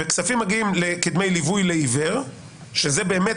וכספים מגיעים כדמי ליווי לעיוור שזה באמת